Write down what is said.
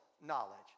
knowledge